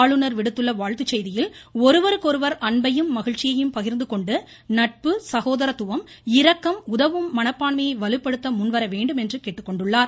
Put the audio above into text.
ஆளுநர் விடுத்துள்ள வாழ்த்து செய்தியில் ஒருவருக்கொருவர் அன்பையும் மகிழ்ச்சியையும் பகிர்ந்துகொண்டு நட்பு சகோதரத்துவம் இரக்கம் உதவும் மனப்பான்மையை வலுப்படுத்த முன்வர வேண்டும் என்று கேட்டுக்கொண்டுள்ளார்